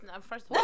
first